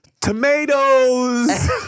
tomatoes